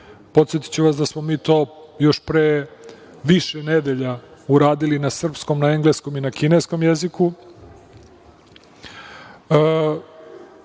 Podsetiću vas da smo mi to još pre više nedelja uradili na srpskom, engleskom i na kineskom